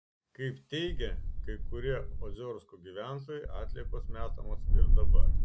kaip teigia kai kurie oziorsko gyventojai atliekos metamos ir dabar